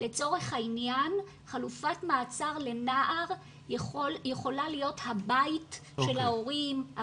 לצורך העניין חלופת מעצר לנער יכולה להיות הבית של ההורים,